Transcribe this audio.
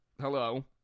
Hello